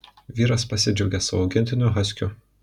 vyras pasidžiaugė savo augintiniu haskiu